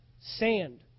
sand